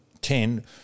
ten